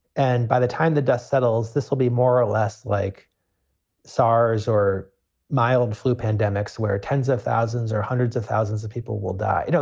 and by the time the dust settles, this will be more or less like saas or mild flu pandemics, where tens of thousands or hundreds of thousands of people will die. you know